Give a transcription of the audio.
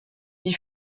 ils